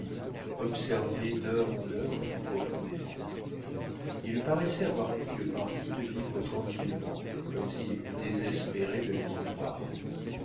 observés d'heure en heure plus profondément il paraissait avoir pris le parti de vivre tranquillement comme s'il eût désespéré de la victoire